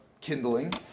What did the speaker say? kindling